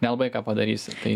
nelabai ką padarysi tai